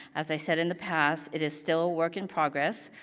as i said in the past, it is still a work in progress.